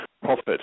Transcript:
profit